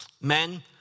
men